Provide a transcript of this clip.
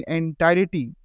entirety